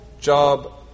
job